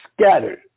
scattered